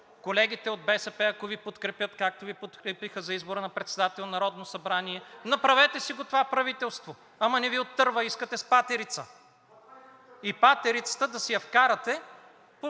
Колегите от БСП, ако Ви подкрепят, както Ви подкрепиха за избора на председател на Народното събрание, направете си го това правителство. Ама не Ви отърва. Искате с патерица, и патерицата да си я вкарате по втория